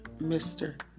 Mr